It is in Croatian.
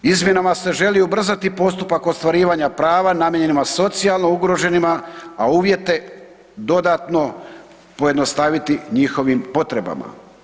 Izmjenama se želi ubrzati postupak ostvarivanja prava namijenjenim socijalno ugroženima, a uvjete dodatno pojednostaviti njihovih potrebama.